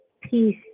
peace